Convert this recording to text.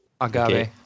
Agave